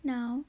Now